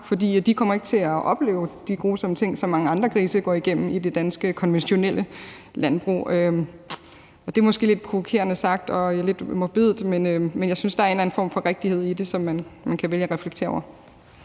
fordi de ikke kommer til opleve de grusomme ting, som mange andre grise går igennem i de danske konventionelle landbrug. Det er måske lidt provokerende sagt og lidt morbidt, men jeg synes, der er en eller anden form for rigtighed i det, som man kan vælge at reflektere over.